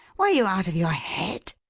were you out of your head?